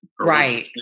Right